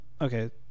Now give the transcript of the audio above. okay